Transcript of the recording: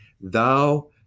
thou